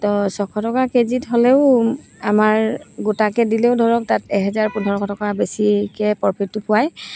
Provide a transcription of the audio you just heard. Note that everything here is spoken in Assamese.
তো ছশ টকা কেজিত হ'লেও আমাৰ গোটাকৈ দিলেও ধৰক তাত এহেজাৰ পোন্ধৰশ টকা বেছিকৈ প্ৰফিটটো পায়